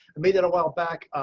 and made it a while back,